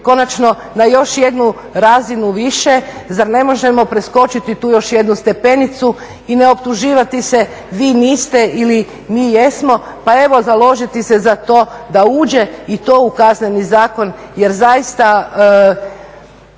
konačno na još jednu razinu više? Zar ne možemo preskočiti tu još jednu stepenicu i ne optuživati se vi niste ili mi jesmo, pa evo založiti se za to da uđe i to u Kazneni zakon. Jer zaista,